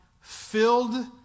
filled